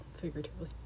Figuratively